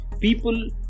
people